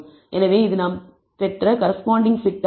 எனவே இது நாம் பெற்ற கரஸ்பாண்டிங் பிட் ஆகும்